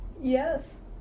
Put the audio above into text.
yes